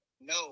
no